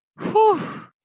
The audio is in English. Whew